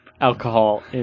Alcohol